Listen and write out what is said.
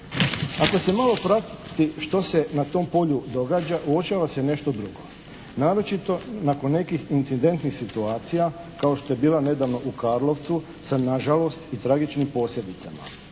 Ako se malo prati što se na tom polju događa uočava se nešto drugo, naročito nakon nekih incidentnih situacija kao što je bilo nedavno u Karlovcu sa na žalost i tragičnim posljedicama.